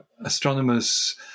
astronomers